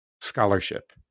scholarship